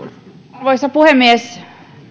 arvoisa puhemies